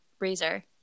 razor